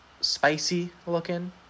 spicy-looking